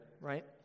right